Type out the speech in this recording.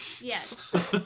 Yes